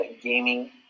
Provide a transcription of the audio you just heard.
Gaming